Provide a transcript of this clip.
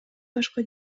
башкы